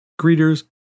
greeters